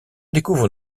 découvre